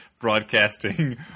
broadcasting